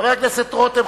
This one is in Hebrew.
חבר הכנסת רותם,